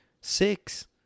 six